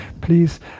please